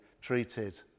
treated